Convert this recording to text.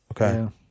Okay